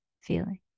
feeling